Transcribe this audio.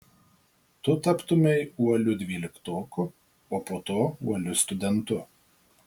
tu taptumei uoliu dvyliktoku o po to uoliu studentu